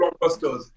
blockbusters